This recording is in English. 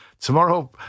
Tomorrow